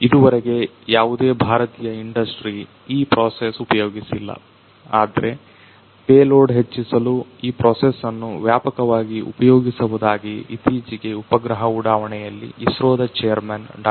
ಇದುವರೆಗೆ ಯಾವುದೇ ಭಾರತೀಯ ಇಂಡಸ್ಟ್ರಿ ಈ ಪ್ರೊಸೆಸ್ ಉಪಯೋಗಿಸಿಲ್ಲ ಆದ್ರೆ ಪೇಲೊಡ್ ಹೆಚ್ಚಿಸಲು ಈ ಪ್ರೊಸೆಸ್ ಅನ್ನು ವ್ಯಾಪಕವಾಗಿ ಉಪಯೋಗಿಸುವುದಾಗಿ ಇತ್ತೀಚಿಗೆ ಉಪಗ್ರಹ ಉಡಾವಣೆಯಲ್ಲಿ ಇಸ್ರೊದ ಚೇರ್ಮನ್ ಡಾ